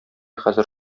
хәзер